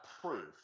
proof